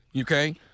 Okay